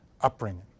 upbringing